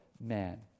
man